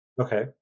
Okay